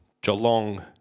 Geelong